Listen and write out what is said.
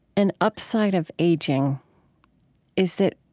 an upside of aging is that